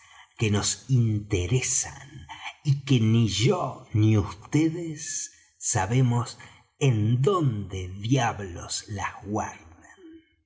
que nos interesan y que ni yo ni vds sabemos en dónde diablos las guardan